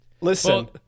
Listen